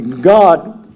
God